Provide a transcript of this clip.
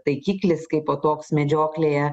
taikiklis kaipo toks medžioklėje